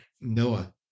Noah